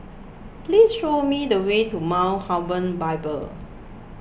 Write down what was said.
please show me the way to Mount Hermon Bible